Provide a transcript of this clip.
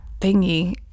thingy